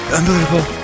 unbelievable